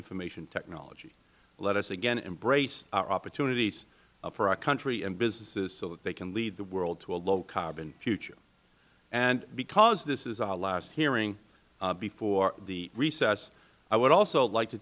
information technology let us again embrace our opportunities for our country and businesses so that they can lead the world to a low carbon future because this is our last hearing before the recess i would also like to